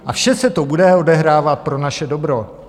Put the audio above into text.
A vše se to bude odehrávat pro naše dobro.